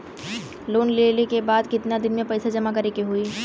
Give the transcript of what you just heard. Loan लेले के बाद कितना दिन में पैसा जमा करे के होई?